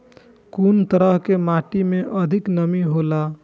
कुन तरह के माटी में अधिक नमी हौला?